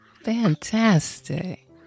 Fantastic